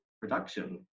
production